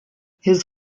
his